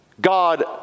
God